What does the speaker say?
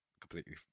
completely